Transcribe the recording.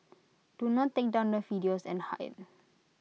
do not take down the videos and hide